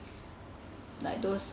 like those